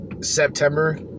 September